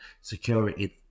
security